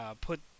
put